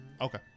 Okay